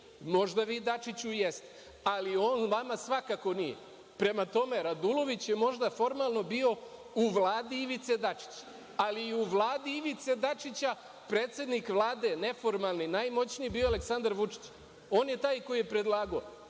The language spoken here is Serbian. Možda vi Dačiću jeste, ali on vama svakako nije. Prema tome, Radulović je možda formalno bio u Vladi Ivice Dačića, ali i u Vladi Ivice Dačića predsednik Vlade, neformalni, najmoćniji je bio Aleksandar Vučić. On je taj koji je predlagao